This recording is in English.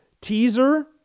teaser